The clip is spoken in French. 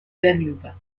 danube